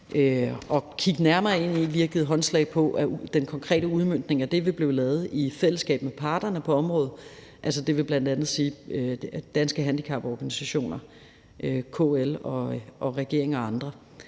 at kigge nærmere ind i. Vi har givet håndslag på, at den konkrete udmøntning af det vil blive lavet i fællesskab med parterne på området, det vil bl.a. sige Danske Handicaporganisationer, KL og regeringen og andre.